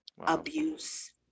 abuse